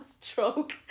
stroke